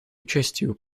участию